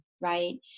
right